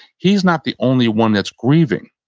he's not the only one that's grieving.